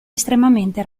estremamente